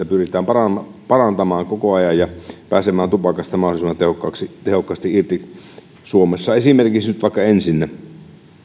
pyritään ihmisten terveyttä parantamaan koko ajan ja pääsemään tupakasta mahdollisimman tehokkaasti tehokkaasti irti esimerkiksi suomessa nyt vaikka ensin